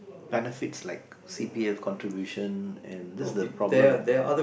benefits like C_P_F contributions and that's the problem